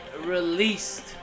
released